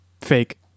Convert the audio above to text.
Fake